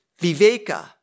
viveka